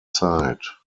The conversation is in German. zeit